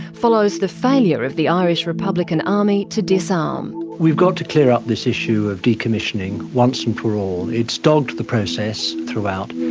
follows the failure of the irish republican army to disarm. we've got to clear up this issue of decommissioning once and for all. it's dogged the process throughout,